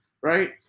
right